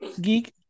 geek